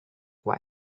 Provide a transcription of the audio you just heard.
why